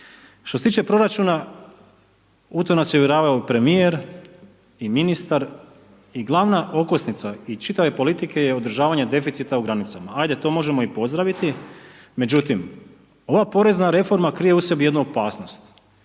Što se tiče proračuna, u to nas je uvjeravao i Premijer, i ministar, i glavna okosnica i čitave politike je održavanje deficita u granicama, ajde to možemo i pozdraviti, međutim ova porezna reforma krije u sebi jednu opasnost,